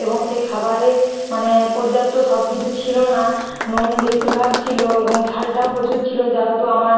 এবং সেই খাবারে মানে পর্যাপ্ত সবকিছু ছিল না নুন বেশিরভাগ ছিল এবং ঝালটাও প্রচুর ছিল যেহেতু আমার